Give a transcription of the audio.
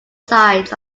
sides